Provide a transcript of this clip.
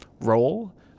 role